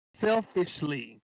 selfishly